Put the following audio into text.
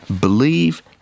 Believe